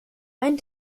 ein